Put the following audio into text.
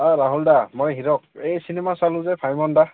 অঁ ৰাহুল দা মই হীৰক এই চিনেমা চালোঁ যে ভাইমন দা